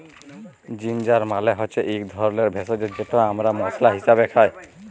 ginger মালে হচ্যে ইক ধরলের ভেষজ যেট আমরা মশলা হিসাবে খাই